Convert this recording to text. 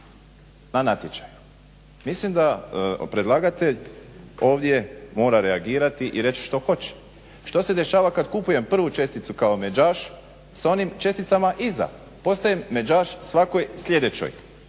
pa natječaj. Mislim da predlagatelj ovdje mora reagirati i reći što hoće, što se dešava kad kupujem prvu česticu kao međaš sa onim česticama iza? Postaje međaš svakoj sljedećoj.